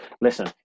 listen